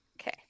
Okay